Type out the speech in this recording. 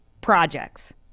projects